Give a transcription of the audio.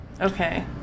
Okay